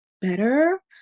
better